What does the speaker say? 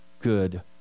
good